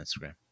Instagram